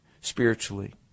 spiritually